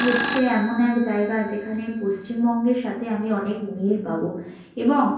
হচ্ছে এমন এক জায়গা যেখানে পশ্চিমবঙ্গের সাথে আমি অনেক মিল পাব এবং